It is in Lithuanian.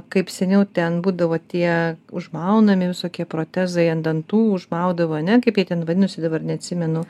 kaip seniau ten būdavo tie užmaunami visokie protezai ant dantų užmaudavo ane kaip jie ten vadinosi dabar neatsimenu